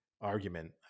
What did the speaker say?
argument